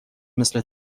مثل